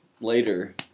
later